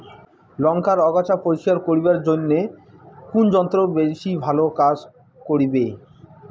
লংকার আগাছা পরিস্কার করিবার জইন্যে কুন যন্ত্র বেশি ভালো কাজ করিবে?